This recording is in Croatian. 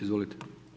Izvolite.